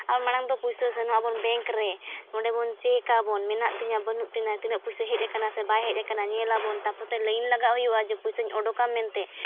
ᱟᱨ ᱢᱟᱲᱟᱝ ᱫᱚ ᱯᱚᱭᱥᱟ ᱥᱮᱱᱚᱜ ᱟᱵᱚᱱ ᱵᱮᱝᱠ ᱨᱮ ᱚᱸᱰᱮ ᱵᱚᱱ ᱪᱮᱠ ᱟᱵᱚᱱ ᱢᱮᱱᱟᱜ ᱛᱤᱧᱟᱹ ᱵᱟᱹᱱᱩᱜ ᱛᱤᱧᱟᱹ ᱛᱤᱱᱟᱹᱜ ᱯᱚᱭᱥᱟ ᱦᱮᱡ ᱠᱟᱱᱟ ᱥᱮ ᱵᱟᱝ ᱦᱮᱡ ᱠᱟᱱᱟ ᱧᱮᱞ ᱟᱵᱚ ᱛᱟ ᱯᱚᱛᱮ ᱞᱟᱹᱭᱤᱱ ᱞᱟᱜᱟᱣ ᱦᱩᱭᱩᱜᱼᱟ ᱡᱮ ᱯᱚᱭᱥᱟᱧ ᱩᱰᱩᱠᱟ ᱢᱮᱱᱛᱮ